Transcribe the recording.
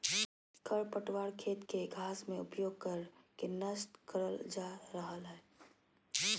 खरपतवार खेत के घास में उपयोग कर के नष्ट करल जा रहल हई